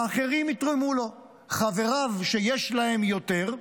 האחרים יתרמו לו, חבריו, שיש להם יותר,